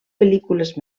pel·lícules